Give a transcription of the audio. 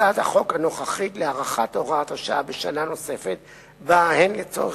הצעת החוק הנוכחית להארכת הוראת השעה בשנה נוספת באה לצורך